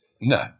no